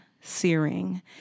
searing